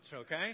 okay